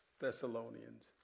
Thessalonians